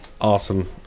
awesome